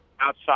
outside